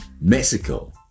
Mexico